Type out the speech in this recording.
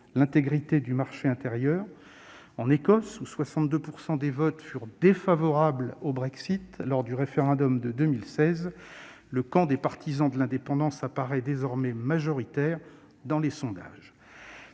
l'intégrité du marché intérieur. En Écosse, où 62 % des votes furent défavorables au Brexit lors du référendum de 2016, le camp des partisans de l'indépendance apparaît, désormais, majoritaire dans les sondages.